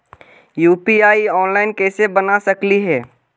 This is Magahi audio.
यु.पी.आई ऑनलाइन कैसे बना सकली हे?